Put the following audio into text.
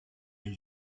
les